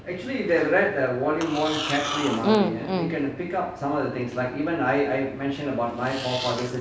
mm mm